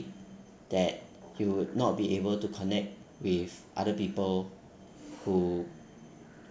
that he would not be able to connect with other people who